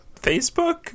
Facebook